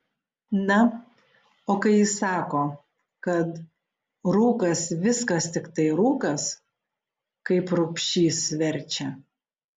na o kai jis sako kad rūkas viskas tiktai rūkas kaip rubšys verčia